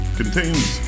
contains